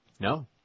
No